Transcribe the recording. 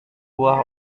buah